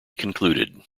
concluded